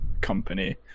company